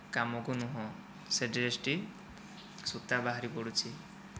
କାମକୁ ନୁହେଁ ସେ ଡ୍ରେସ୍ଟି ସୂତା ବାହାରି ପଡ଼ୁଛି